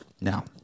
Now